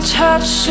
touch